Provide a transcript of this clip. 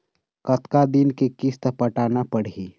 कतका दिन के किस्त पटाना पड़ही?